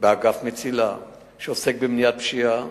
ובאגף "מצילה", שעוסק במניעת פשיעה.